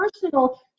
personal